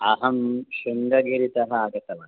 अहं शृङ्गगिरितः आगतवान्